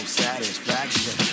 satisfaction